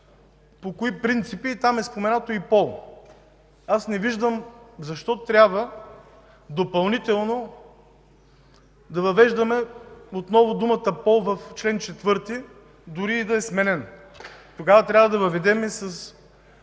по кои принципи... там е споменато „и пол”. Не виждам защо трябва допълнително да въвеждаме отново думата „пол” в чл. 4, дори и да е сменен. Тогава трябва да въведем и